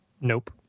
Nope